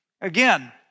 Again